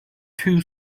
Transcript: two